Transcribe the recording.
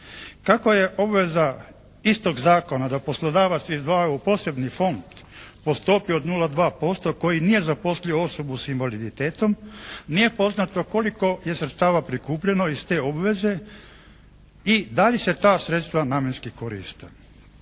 Kakva je obveza istog zakona da poslodavac izdvaja u posebni fond po stopi od 0,2% koji nije zaposlio osobu s invaliditetom nije poznato koliko je sredstava prikupljeno iz te obveze i da li se ta sredstva namjenski koriste.